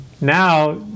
Now